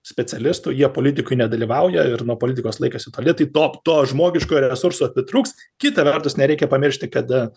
specialistų jie politikoj nedalyvauja ir nuo politikos laikėsi toli tai top to žmogiškojo resurso pritruks kita vertus nereikia pamiršti kad